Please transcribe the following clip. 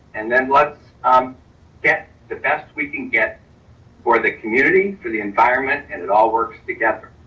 and then let's um get the best we can get for the community for the environment and it all works together.